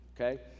okay